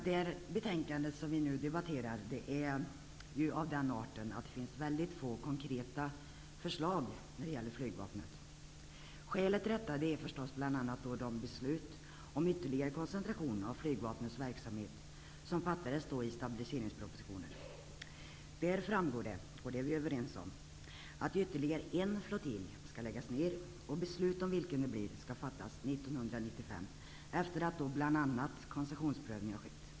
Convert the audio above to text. Det betänkande som vi nu debatterar är av den arten att det finns mycket få konkreta förslag när det gäller flygvapnet. Skälet till detta är bl.a. det beslut om ytterligare koncentration av flygvapnets verksamhet som fattades i stabiliseringspropositionen. Där framgår, vilket vi är överens om, att ytterligare en flottilj skall läggas ned. Beslut om vilken det blir skall fattas 1995 efter det att bl.a. koncessionsprövning har skett.